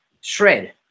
shred